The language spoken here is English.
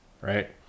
right